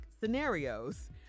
scenarios